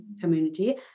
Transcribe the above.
community